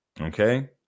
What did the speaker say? Okay